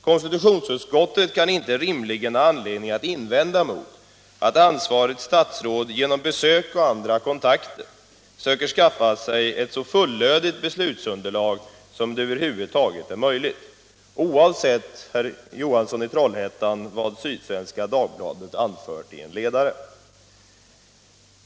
Konstitutionsutskottet kan inte rimligen ha anledning att invända mot att ansvarigt statsråd genom besök och andra kontakter söker skaffa sig ett så fullödigt beslutsunderlag som över huvud taget är möjligt — oavsett, herr Johansson i Trollhättan, vad Sydsvenska Dagbladet anfört i en ledare.